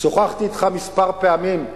שוחחתי אתך כמה פעמים.